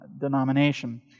denomination